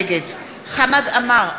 נגד חמד עמאר,